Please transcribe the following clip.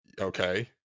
Okay